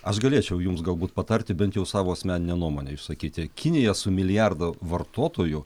aš galėčiau jums galbūt patarti bent jau savo asmeninę nuomonę išsakyti kinija su milijardu vartotojų